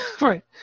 Right